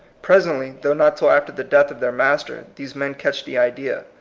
presently, though not till after the death of their master, these men catch the idea.